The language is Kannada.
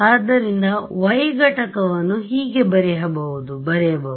ಆದ್ದರಿಂದ y ಘಟಕವನ್ನು ಹೀಗೆ ಬರೆಯಬಹುದು